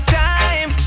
time